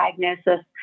diagnosis